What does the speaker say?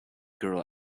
girl